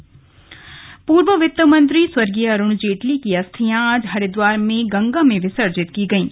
अरुण जेटली अस्थियां पूर्व वित्त मंत्री स्वर्गीय अरुण जेटली की अस्थियां आज हरिद्वार में गंगा में विसर्जित की गईं